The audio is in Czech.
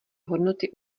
hodnoty